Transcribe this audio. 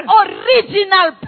original